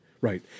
Right